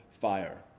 fire